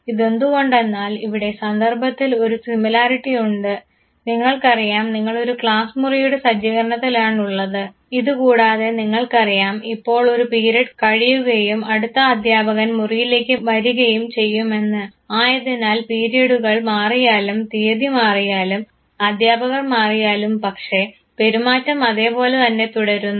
ഇതെന്തുകൊണ്ടെന്നാൽ ഇവിടെ സന്ദർഭത്തിൽ ഒരു സിമിലാരിറ്റി ഉണ്ട് നിങ്ങൾക്കറിയാം നിങ്ങളൊരു ക്ലാസ്മുറിയുടെ സജ്ജീകരണത്തിലാണുള്ളത് ഇത് കൂടാതെ നിങ്ങൾക്കറിയാം ഇപ്പോൾ ഒരു പീരീഡ് കഴിയുകയും അടുത്ത അധ്യാപകൻ മുറിയിലേക്ക് വരികയും ചെയ്യുമെന്ന് ആയതിനാൽ പീരീഡുകൾ മാറിയാലും തീയതി മാറിയാലും അധ്യാപകർ മാറിയാലും പക്ഷേ പെരുമാറ്റം അതേപോലെതന്നെ തുടരുന്നു